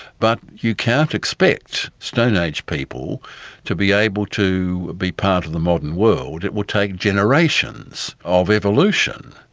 but you cannot expect stone age people to be able to be part of the modern world. it will take generations of evolution.